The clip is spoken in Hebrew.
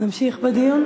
נמשיך בדיון?